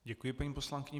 Děkuji, paní poslankyně.